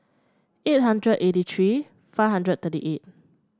eight hundred eighty three five hundred thirty eight